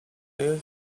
you